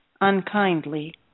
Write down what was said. unkindly